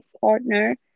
partner